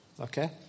Okay